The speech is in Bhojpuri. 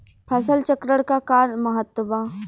फसल चक्रण क का महत्त्व बा?